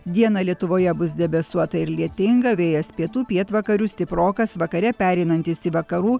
dieną lietuvoje bus debesuota ir lietinga vėjas pietų pietvakarių stiprokas vakare pereinantis į vakarų